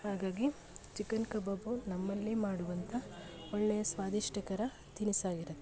ಹಾಗಾಗಿ chicken kebab ನಮ್ಮಲ್ಲಿ ಮಾಡುವಂಥ ಒಳ್ಳೆಯ ಸ್ವಾದಿಷ್ಠಕರ ತಿನಿಸಾಗಿರುತ್ತೆ